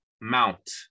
Mount